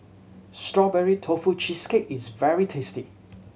Strawberry Tofu Cheesecake is very tasty